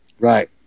Right